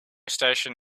station